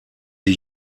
die